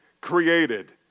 created